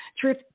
truth